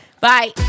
Bye